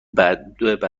بعد